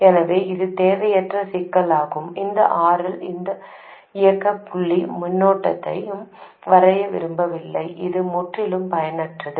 எனவே இது தேவையற்ற சிக்கலாகும் இந்த RL எந்த இயக்க புள்ளி மின்னோட்டத்தையும் வரைய விரும்பவில்லை இது முற்றிலும் பயனற்றது